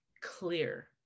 clear